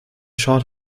short